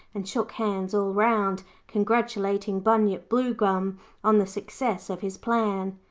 and shook hands all round, congratulating bunyip bluegum on the success of his plan.